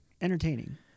Entertaining